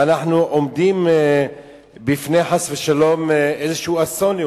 ואנחנו עומדים בפני, חס ושלום, איזה אסון.